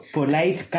Polite